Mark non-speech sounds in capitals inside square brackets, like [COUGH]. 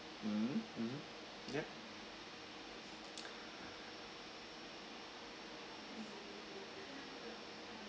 mm mm ya [NOISE] [BREATH]